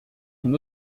son